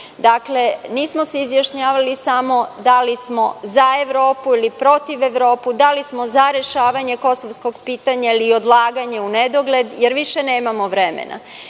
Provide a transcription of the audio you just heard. Dakle, nismo se izjašnjavali samo da li smo za Evropu ili protiv Evrope, da li smo za rešavanje kosovskog pitanja ili odlaganja u nedogled, jer više nemamo vremena. Ja